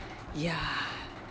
ya